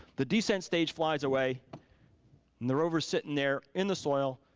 the decent stage flies away and the rover's sitting there in the soil,